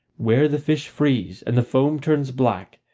where the fish freeze and the foam turns black,